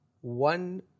one